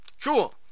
Cool